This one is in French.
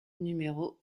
numéro